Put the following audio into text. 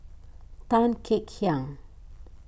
Tan Kek Hiang